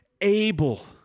able